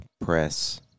press